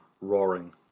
roaring